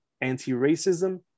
anti-racism